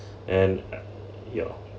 and uh ya